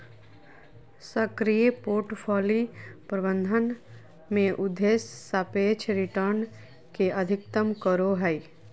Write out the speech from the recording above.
सक्रिय पोर्टफोलि प्रबंधन में उद्देश्य सापेक्ष रिटर्न के अधिकतम करो हइ